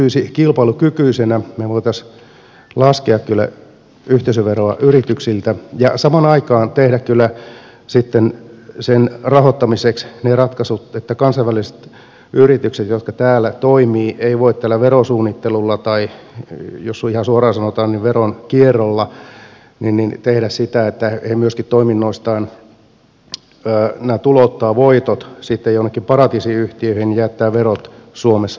me voisimme laskea kyllä yhteisöveroa yrityksiltä ja samaan aikaan tehdä sitten sen rahoittamiseksi ne ratkaisut että kansainväliset yritykset jotka täällä toimivat eivät voi tällä verosuunnittelulla tai jos ihan suoraan sanotaan veronkierrolla tehdä sitä että ne myöskin toiminnoistaan tulouttavat voitot sitten jonnekin paratiisiyhtiöihin ja jättävät verot suomessa maksamatta